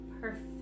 perfect